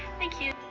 thank you.